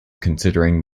considering